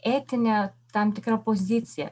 etinė tam tikra pozicija